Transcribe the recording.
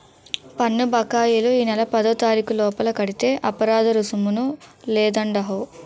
పన్ను బకాయిలు ఈ నెల పదోతారీకు లోపల కడితే అపరాదరుసుము లేదండహో